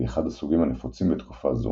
והיא אחד הסוגים הנפוצים בתקופה זו.